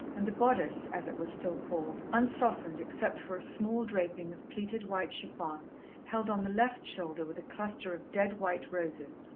and the bodice, as it was still called, unsoftened except for a small draping of pleated white chiffon held on the left shoulder with a cluster of dead-white roses,